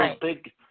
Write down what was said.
big